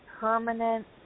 permanent